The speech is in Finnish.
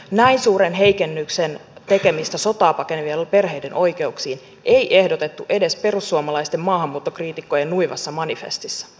näin suuren heikennyksen tekemistä sotaa pakenevien perheiden oikeuksiin ei ehdotettu edes perussuomalaisten maahanmuuttokriitikkojen nuivassa manifestissa